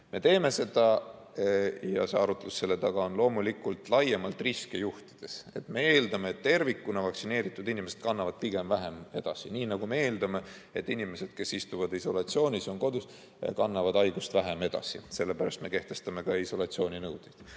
me teeme seda. Arutluskäik selle taga on loomulikult laiemalt riske juhtida. Me eeldame, et vaktsineeritud inimesed tervikuna kannavad nakkust pigem vähem edasi, nii nagu me eeldame, et inimesed, kes istuvad isolatsioonis, on kodus, kannavad haigust vähem edasi, sellepärast me kehtestame ka isolatsiooninõude.